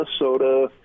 Minnesota